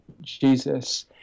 Jesus